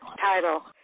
title